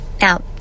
Now